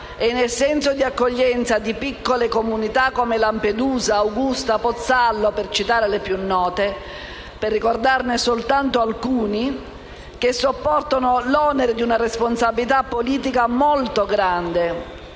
e sul senso di accoglienza di piccole comunità come Lampedusa, Augusta, Pozzallo - per ricordare soltanto le più note - l'onere di una responsabilità politica molto grande.